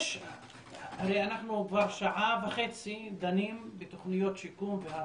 אנחנו כבר שעה וחצי דנים בתוכניות שיקום וההצגה,